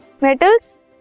Metals